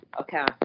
Okay